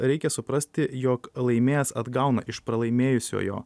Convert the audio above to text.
reikia suprasti jog laimėjęs atgauna iš pralaimėjusiojo